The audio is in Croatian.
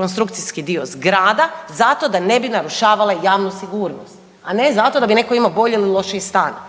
konstrukcijski dio zgrada zato da ne bi narušavale javnu sigurnost, a ne zato da bi netko imao bolji ili lošiji stan.